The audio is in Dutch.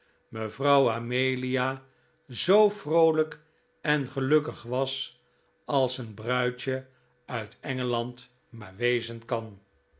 mevrouw amelia zoo vroolijk en gelukkig was als een bruidje uit engeland maar wezen kan